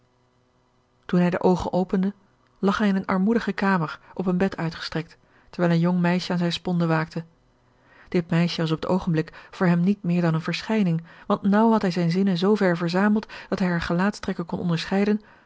toen hij de oogen opende lag hij in eene armoedige kamer op een bed uitgestrekt terwijl een jong meisje aan zijne sponde waakte dit meisje was op het oogenblik voor hem niet meer dan eene verschijning want naauw had hij zijne zinnen zoo ver verzameld dat hij hare gelaatstrekken kon onderscheiden